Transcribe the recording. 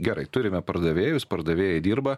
gerai turime pardavėjus pardavėjai dirba